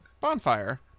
Bonfire